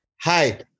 Hi